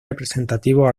representativos